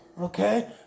Okay